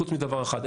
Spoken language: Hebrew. חוץ מדבר אחד,